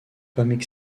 comic